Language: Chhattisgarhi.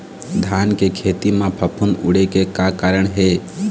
धान के खेती म फफूंद उड़े के का कारण हे?